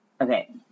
Okay